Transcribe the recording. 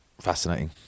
Fascinating